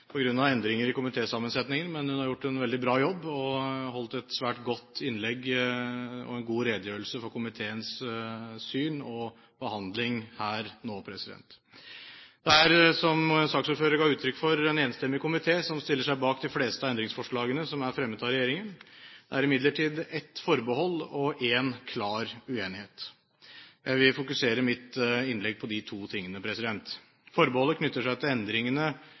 av endringer i komitésammensetningen, men hun har gjort en veldig bra jobb og holdt et svært godt innlegg og en god redegjørelse for komiteens syn og behandling her nå. Som saksordføreren ga uttrykk for, er det en enstemmig komité som stiller seg bak de fleste av endringsforslagene som er fremmet av regjeringen. Det er imidlertid ett forbehold og én klar uenighet. Jeg vil i mitt innlegg fokusere på de to tingene. Forbeholdet knytter seg til endringene